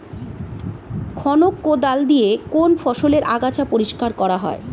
খনক কোদাল দিয়ে কোন ফসলের আগাছা পরিষ্কার করা হয়?